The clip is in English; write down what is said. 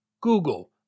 Google